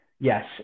Yes